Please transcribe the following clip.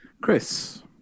chris